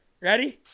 ready